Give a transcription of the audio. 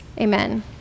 Amen